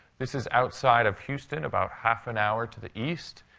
this is outside of houston, about half an hour to the east.